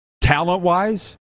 talent-wise